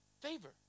Favor